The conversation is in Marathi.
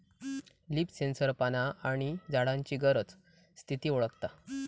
लिफ सेन्सर पाना आणि झाडांची गरज, स्थिती वळखता